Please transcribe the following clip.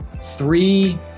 three